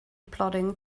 plodding